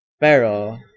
Pero